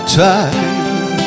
time